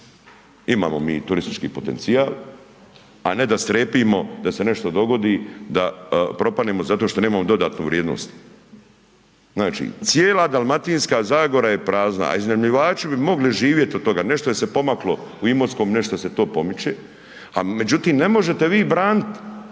Imamo mi turistički potencijal a ne da strepimo da se nešto dogodi, da propadnemo zato što nemamo dodatnu vrijednost. Znači cijela Dalmatinska zagora je prazna a iznajmljivači bi mogli živjet od toga, nešto se pomaklo u Imotskom, nešto se to pomiče međutim ne možete vi branit